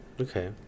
okay